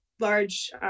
large